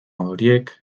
horiek